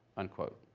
unquote.